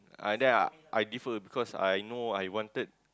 uh then I I defer because I know I wanted